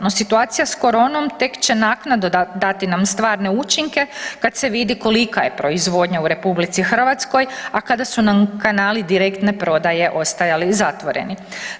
No situacija s koronom tek će naknadno dati nam stvarne učinke kad se vidi kolika je proizvodnja u RH, a kada su nam kanali direktne prodaje ostajali zatvoreni.